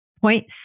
Point